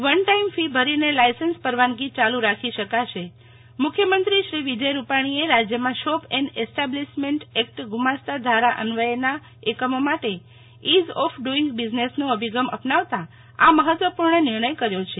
one time fee ભરીને licence પરવાનગી ચાલુ રાખી શકાશે મુખ્યમંત્રી શ્રી વિજય રૂપાણીએ રાજ્યમાં શોપ એન્ડ એસ્ટાબ્લિશમેન્ટ એકટ ગુમાસ્તા ધારા અન્વયેના એકમો માટે ઇઝ ઓફ ડૂઇંગ બિઝનેસનો અભિગમ અપનાવતાં આ મહત્વપૂર્ણ નિર્ણય કર્યો છે